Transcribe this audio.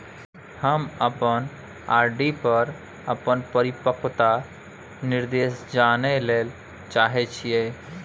हम अपन आर.डी पर अपन परिपक्वता निर्देश जानय ले चाहय छियै